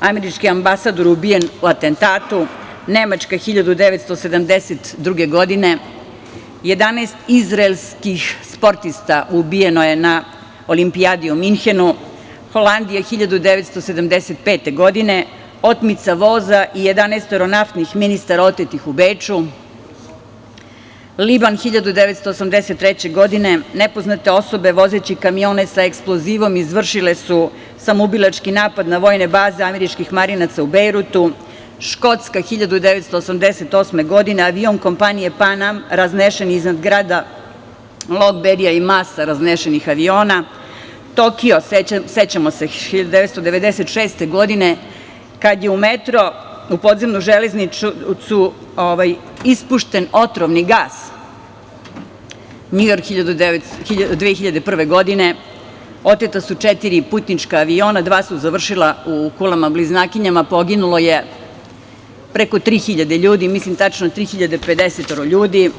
američki ambasador ubijen u atentatu, Nemačka 1972. godine, 11 izraelskih sportista ubijeno je na Olimpijadi u Minhenu, Holandija 1975. godine, otmica voza i 11 naftnih ministara otetih u Beču, Liban 1983. godine, nepoznate osobe vozeći kamione sa eksplozivom izvršile su samoubilački napad na vojne baze američkih marinaca u Bejrutu, Škotska 1988. godine, avion kompanije "Pan Am" raznesen iznad grada Lokberija i masa raznesenih aviona, Tokio, sećamo se, 1996. godine, kad je u metro, u podzemnu železnicu ispušten otrovni gas, Njujork 2001. godine, oteta su četiri putnička aviona, dva su završila u kulama bliznakinjama, poginulo je preko 3.000 ljudi, mislim tačno 3.050 ljudi.